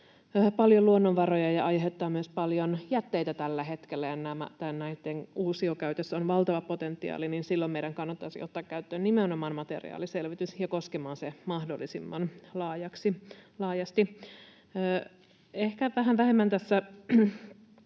paljon luonnonvaroja ja aiheuttaa myös paljon jätteitä tällä hetkellä, ja näitten uusiokäytössä on valtava potentiaali — silloin meidän kannattaisi ottaa käyttöön nimenomaan materiaaliselvitys, ja mahdollisimman laajasti. Ehkä vähän vähemmän tässä